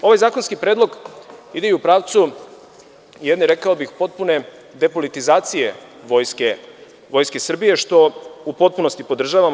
Ovaj zakonski predlog ide u pravcu jedne, rekao bih, potpune depolitizacije Vojske Srbije, što u potpunosti podržavamo.